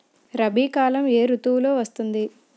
రబీ కాలం ఏ ఋతువులో వస్తుంది?